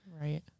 Right